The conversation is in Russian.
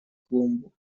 клумбу